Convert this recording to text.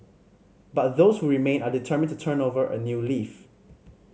but those who remain are determined to turn over a new leaf